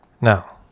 Now